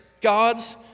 God's